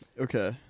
Okay